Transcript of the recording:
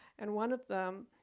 and one of them,